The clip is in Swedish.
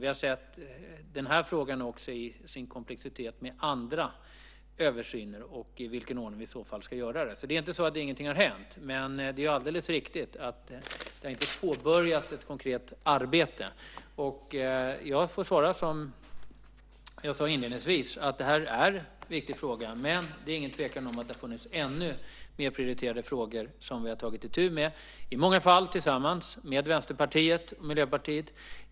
Vi har sett den här frågan i sin komplexitet tillsammans med andra översyner och i vilken ordning vi i så fall ska göra det. Så det är inte så att ingenting har hänt. Men det är alldeles riktigt att det inte har påbörjats ett konkret arbete. Jag får svara som jag sade inledningsvis. Det här är en viktig fråga, men det är ingen tvekan om att det har funnits ännu mer prioriterade frågor som vi har tagit itu med, i många fall tillsammans med Vänsterpartiet och Miljöpartiet.